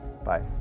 Bye